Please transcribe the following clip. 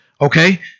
Okay